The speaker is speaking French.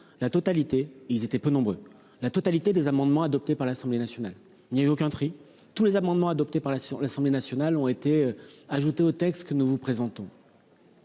la totalité. Ils étaient peu nombreux, la totalité des amendements adoptés par l'Assemblée nationale il y a eu aucun tri tous les amendements adoptés par la session de l'Assemblée nationale ont été ajoutées au texte que nous vous présentons.